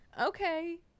Okay